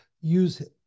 use